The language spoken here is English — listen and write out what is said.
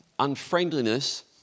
unfriendliness